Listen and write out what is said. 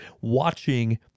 watching